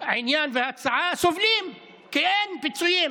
ההצעה סובלים, כי אין פיצויים